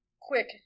quick